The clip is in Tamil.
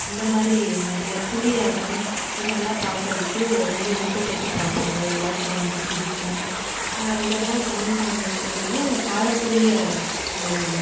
இந்த மாதிரி நிறைய புலியாட்டம் இதெல்லாம் பார்க்குறதுக்கு ரொம்ப விருப்பப்பட்டு பார்ப்பாங்க எல்லோருக்கும் ரொம்ப பிடிக்கும் இதெல்லாம் தமிழ்நாடுனுடைய பாரம்பரிய